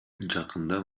жакында